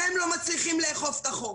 אתם לא מצליחים לאכוף את החוק.